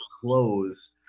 close